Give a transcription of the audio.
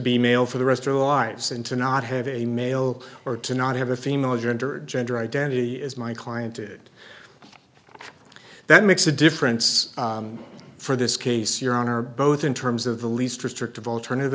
be male for the rest or lives and to not have a male or to not have a female gender or gender identity is my client did that makes a difference for this case your honor both in terms of the least restrictive alternative